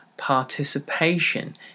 participation